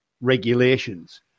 regulations